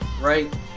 right